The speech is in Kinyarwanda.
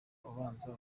ubanza